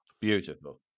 Beautiful